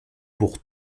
pour